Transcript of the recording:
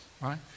right